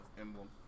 emblem